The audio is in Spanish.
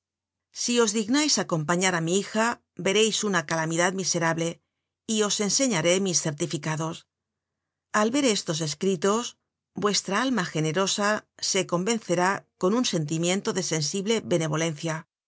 si os dignais acompañar á mi hija vereis una calamidad miserable y os enseñaré mis certificados al ver estos escritos vuestra alma generosa se convencerá con un sentimiento de sensible benevolencia